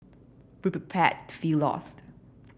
be prepared to feel lost